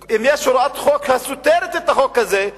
אם יש הוראת חוק הסותרת את החוק הזה,